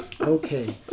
Okay